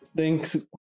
Thanks